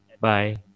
Bye